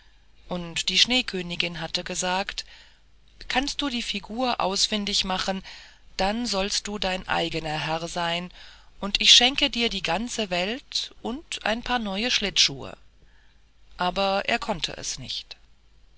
und die schneekönigin hatte gesagt kannst du die figur ausfindig machen dann sollst du dein eigener herr sein und ich schenke dir die ganze welt und ein paar neue schlittschuhe aber er konnte es nicht